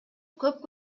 көп